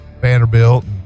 Vanderbilt